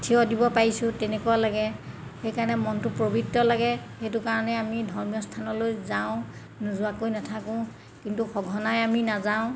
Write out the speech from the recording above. থিয় দিব পাৰিছোঁ তেনেকুৱা লাগে সেইকাৰণে মনটো পবিত্ৰ লাগে সেইটো কাৰণে আমি ধৰ্মীয় স্থানলৈ যাওঁ নোযোৱাকৈ নেথাকোঁ কিন্তু সঘনাই আমি নাযাওঁ